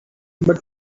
but